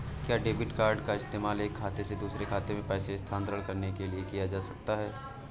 क्या debit card का इस्तेमाल एक खाते से दूसरे खाते में पैसे स्थानांतरण करने के लिए किया जा सकता है?